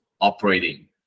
operating